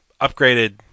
upgraded